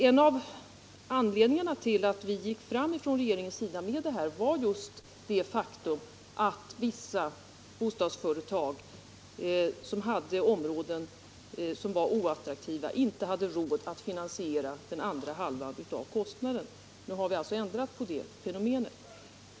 En av anledningarna till att regeringen föreslog detta system var just det faktum att vissa bostadsföretag i områden, som var oattraktiva, inte hade råd att finansiera den andra hälften av kostnaden. Nu har vi alltså ändrat på det förhållandet.